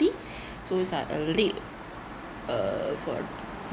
forty so it's like a late uh for a